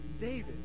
David